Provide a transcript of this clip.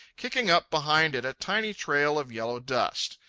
kicking up behind it a tiny trail of yellow dust.